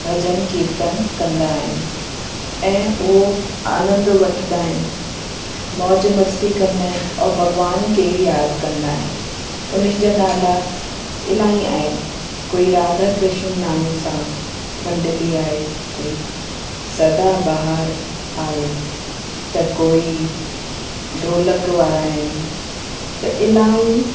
भॼन कीर्तन कंदा आहिनि ऐं उहो आनंद वठंदा आहिनि मौज मस्ती कंदा आहिनि और भॻवान खे याद कंदा आहिनि उन्हनि जा नाला इलाही आहिनि कोई राधा कृष्न नाम सां मंडली आहे कोई सदाबहार आहे त कोई ढोलक वारा आहिनि त इलाही